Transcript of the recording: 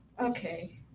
Okay